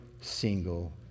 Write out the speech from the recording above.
single